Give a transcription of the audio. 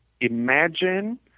Imagine